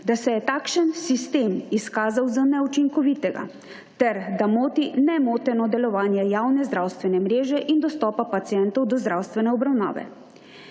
da se je takšen sistem izkazal za neučinkovitega, ter da moti nemoteno delovanje javne zdravstvene mreže in dostopa pacientov do zdravstvene obravnave.